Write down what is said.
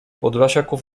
podlasiaków